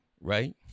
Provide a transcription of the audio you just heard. right